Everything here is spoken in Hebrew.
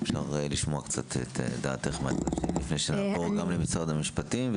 אפשר לשמוע קצת את דעתך לפני שנעבור למשרד המשפטים.